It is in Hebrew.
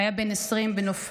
והיה בן 20 בנופלו.